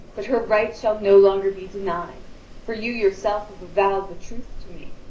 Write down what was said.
but her right shall no longer be denied for you yourself have avowed the truth to me.